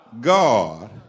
God